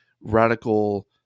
radical